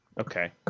Okay